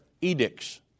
edicts